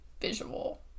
visual